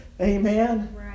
Amen